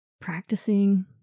Practicing